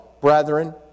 brethren